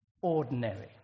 ordinary